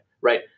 right